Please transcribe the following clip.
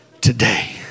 Today